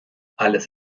alles